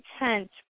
intent